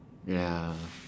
ya